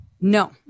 No